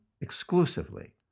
exclusively